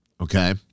okay